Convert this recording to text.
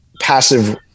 passive